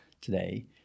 today